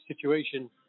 situation